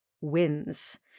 wins